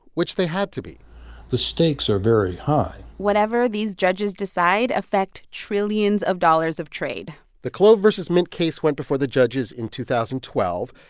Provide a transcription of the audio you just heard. which they had to be the stakes are very high whatever these judges decide affect trillions of dollars of trade the clove versus mint case went before the judges in two thousand and twelve.